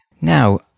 Now